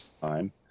time